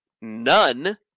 None